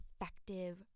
effective